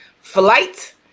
flight